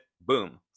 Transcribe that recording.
boom